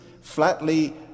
flatly